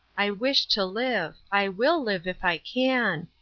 i wish to live. i will live if i can.